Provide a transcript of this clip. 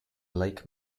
lake